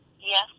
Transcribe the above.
Yes